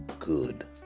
good